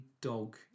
dog